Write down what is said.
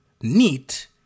neat